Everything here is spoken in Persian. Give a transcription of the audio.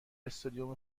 استادیوم